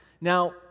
Now